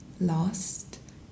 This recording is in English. lost